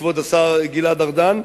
כבוד השר גלעד ארדן,